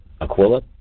Aquila